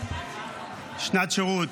שנת שירות.